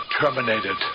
terminated